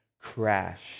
crash